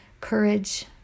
courage